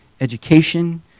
education